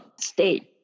state